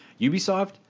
Ubisoft